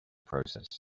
process